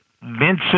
Vincent